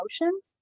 emotions